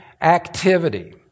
activity